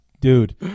dude